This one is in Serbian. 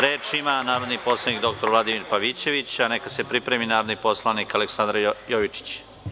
Reč ima narodni poslanik dr Vladimir Pavićević, a neka se pripremi narodni poslanik Aleksandar Jovičić.